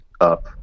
up